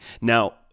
Now